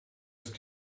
ist